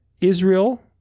Israel